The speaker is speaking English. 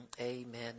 amen